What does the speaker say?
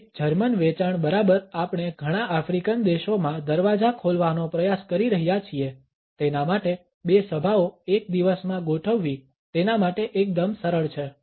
એક જર્મન વેચાણ બરાબર આપણે ઘણા આફ્રિકન દેશોમાં દરવાજા ખોલવાનો પ્રયાસ કરી રહ્યા છીએ તેના માટે બે સભાઓ એક દિવસમાં ગોઠવવી તેના માટે એકદમ સરળ છે